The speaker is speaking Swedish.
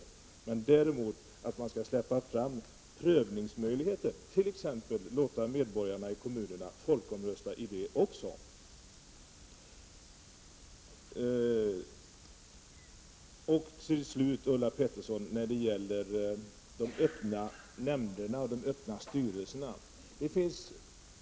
Däremot anser jag att man skall släppa fram prövningsmöjligheter, t.ex. låta medborgarna i kommunerna folkomrösta också om sådana saker. Till slut några ord till Ulla Pettersson när det gäller de öppna nämndoch styrelsesammanträdena.